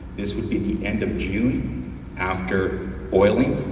this would be the end of june after oiling.